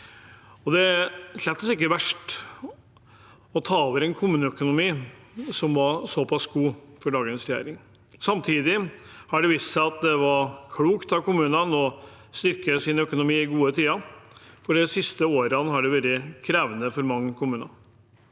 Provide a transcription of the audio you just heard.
ikke verst for dagens regjering å ta over en kommuneøkonomi som var såpass god. Samtidig har det vist seg at det var klokt av kommunene å styrke sin økonomi i gode tider, for de siste årene har vært krevende for mange kommuner.